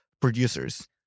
producers